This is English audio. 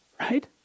right